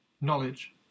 Knowledge